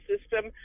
system